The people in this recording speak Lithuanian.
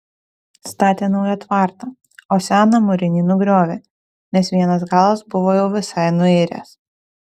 statė naują tvartą o seną mūrinį nugriovė nes vienas galas buvo jau visai nuiręs